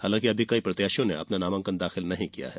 हालांकि अभी कई प्रत्याशियों ने अपना नामांकन दाखिल नहीं किया है